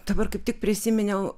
dabar kaip tik prisiminiau